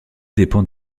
dépend